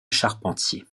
charpentier